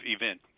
event